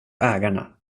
ägarna